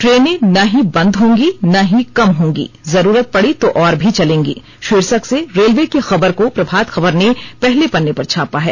ट्रेनें न ही बंद होगी न ही कम होगी जरूरत तो पड़ी और भी चलेंगी शीर्षक से रेलवे की खबर को प्रभात खबर ने पहले पन्ने पर छापा है